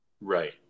Right